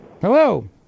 Hello